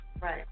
Right